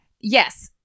Yes